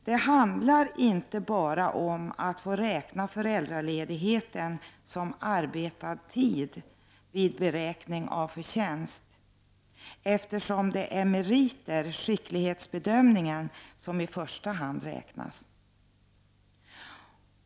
Det handlar inte bara om att få räkna föräldraledigheten som arbetad tid vid beräkning av förtjänst, eftersom det är meriterna, skicklighetsbedömningen, som i första hand räknas.